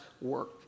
work